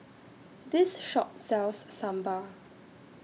This Shop sells Sambar